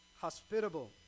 hospitable